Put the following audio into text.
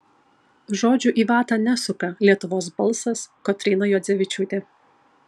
žodžių į vatą nesuka lietuvos balsas kotryna juodzevičiūtė